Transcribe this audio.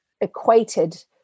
equated